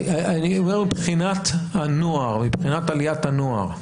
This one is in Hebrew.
אני אומר מבחינת הנוער, עליית הנוער.